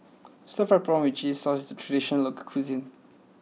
Stir Fried Prawn With Chili Sauce is a traditional local cuisine